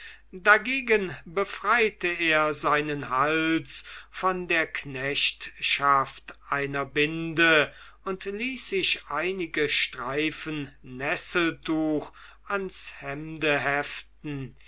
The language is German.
dagegen befreite er seinen hals von der knechtschaft einer binde und ließ sich einige streifen nesseltuch ans hemde heften